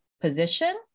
position